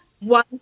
one